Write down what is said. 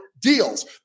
Deals